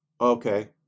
Okay